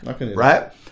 Right